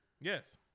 Yes